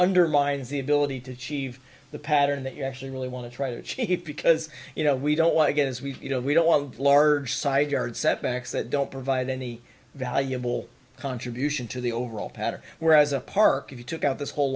undermines the ability to achieve the pattern that you actually really want to try to change it because you know we don't want to get as we you know we don't want large side yard setbacks that don't provide any valuable contribution to the overall pattern whereas a park if you took out this whole